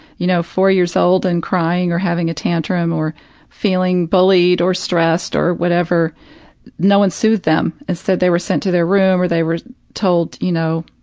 you know, four years old and crying or having a tantrum or feeling bullied or stressed or whatever no one soothed them, instead they were sent to their room, or they were told, you know,